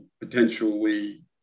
potentially